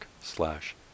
slash